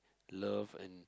love and